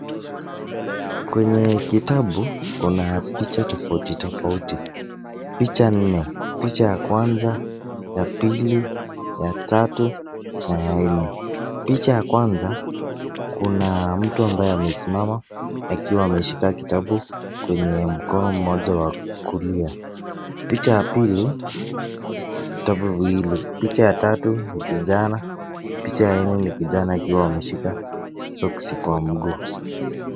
Kwenye kitabu kuna picha tofouti tofouti, picha nne, picha ya kwanza, ya pili, ya tatu na ya nne. Picha ya kwanza kuna mtu ambaye amesimama akiwa ameshika kitabu kwenye mkono mmoja wa kulia, picha ya pili vitabu viwili, picha ya tatu ni kijana, picha ya nne ni kijana akiwa ameshika soksi kwa mkono.